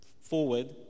forward